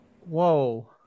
Whoa